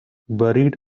buried